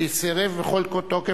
סירב לו בכל תוקף,